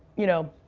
you know,